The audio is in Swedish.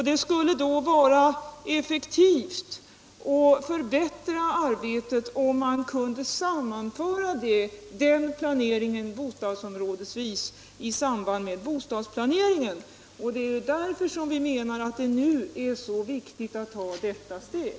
Det skulle då vara effektivt och förbättra arbetet, om man kunde sammanföra den planeringen bostadsområdesvis med bostadsplaneringen, och det är därför vi menar att det nu är så viktigt att ta detta steg.